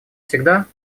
всегда